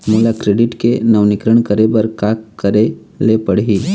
मोला क्रेडिट के नवीनीकरण करे बर का करे ले पड़ही?